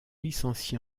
licencié